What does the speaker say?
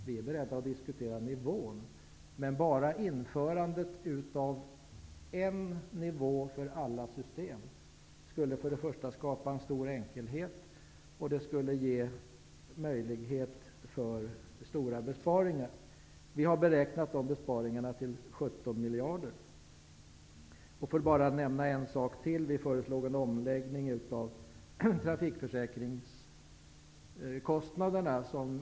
Vi är beredda att diskutera nivån, men bara genom att införa en nivå för alla system skulle man skapa enkelhet och ge möjlighet till stora besparingar. Vi har beräknat dessa besparingar till 17 miljarder. Vi föreslår en omläggning av trafikförsäkringskostnaderna.